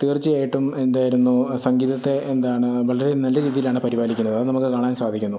തീർച്ചയായിട്ടും എന്തായിരുന്നു സംഗീതത്തെ എന്താണ് വളരെ നല്ല രീതിയിലാണ് പരിപാലിക്കുന്നത് അത് നമുക്കു കാണാൻ സാധിക്കുന്നു